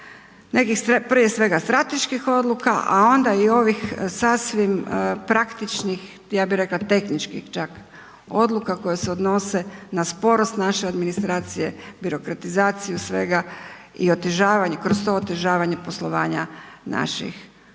prije svega strateških odluka, a onda i ovih sasvim praktičnih, ja bih rekla tehničkih čak, odluka koje se odnose na sporost naše administracije, birokratizaciju svega i otežavanje kroz to otežavanje poslovanja naših obrtnika.